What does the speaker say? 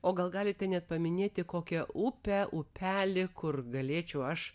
o gal galite net paminėti kokią upę upelį kur galėčiau aš